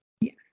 Yes